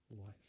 life